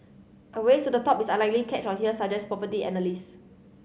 a race to the top is unlikely catch on here suggest property analysts